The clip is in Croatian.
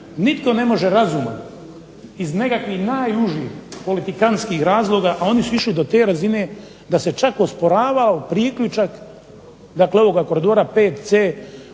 nitko ne može razumom iz nekakvih najužih politikantskih razloga, a oni su išli do te razine da se čak osporavao priključak dakle ovoga koridora VC